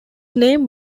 name